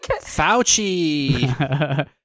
Fauci